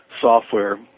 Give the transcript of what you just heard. software